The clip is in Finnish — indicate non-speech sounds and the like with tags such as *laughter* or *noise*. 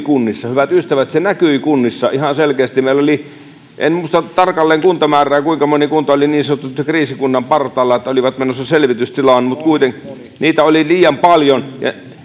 *unintelligible* kunnissa hyvät ystävät se näkyi kunnissa ihan selkeästi en muista tarkalleen kuntamäärää kuinka moni kunta oli niin sanotusti kriisikunnan partaalla että olivat menossa selvitystilaan niitä oli liian paljon